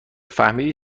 فهمیدی